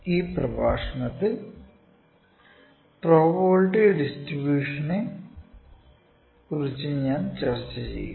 ഈ പ്രഭാഷണത്തിൽ പ്രോബബിലിറ്റി ഡിസ്ട്രിബൂഷൻസിനെ കുറിച്ച് ഞാൻ ചർച്ച ചെയ്യും